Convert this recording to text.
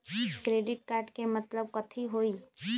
Credit card के मतलब कथी होई?